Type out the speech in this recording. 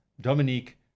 Dominique